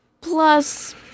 Plus